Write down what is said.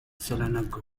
selangor